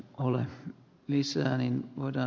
olen niissä ei voida